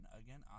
Again